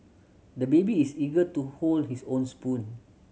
the baby is eager to hold his own spoon